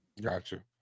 Gotcha